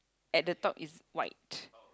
at the top is white